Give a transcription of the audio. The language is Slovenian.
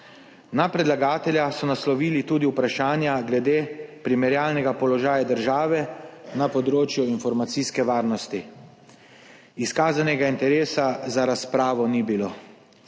Na predlagatelja so naslovili tudi vprašanja glede primerjalnega položaja države na področju informacijske varnosti. Izkazanega interesa za razpravo ni bilo.